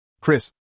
Chris